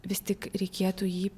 vis tik reikėtų jį